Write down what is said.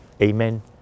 Amen